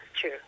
true